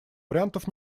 вариантов